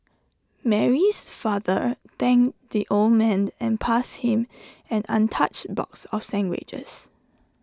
Mary's father thanked the old man and passed him an untouched box of sandwiches